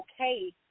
okay